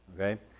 okay